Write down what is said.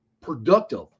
productive